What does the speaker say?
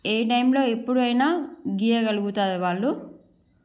ఏ టైంలో ఎప్పుడైనా గీయగలుగుతారు వాళ్ళు